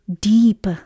deep